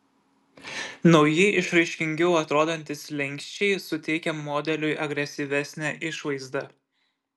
nauji išraiškingiau atrodantys slenksčiai suteikia modeliui agresyvesnę išvaizdą